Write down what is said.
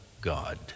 God